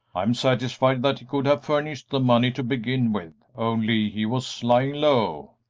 i'm satisfied that he could have furnished the money to begin with, only he was lying low.